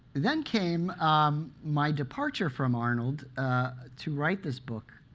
then came um my departure from arnold to write this book.